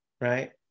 Right